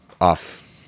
off